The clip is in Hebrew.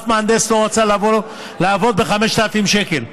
אף מהנדס לא רצה לבוא לעבוד ב-5,000 שקל.